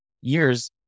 years